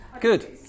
Good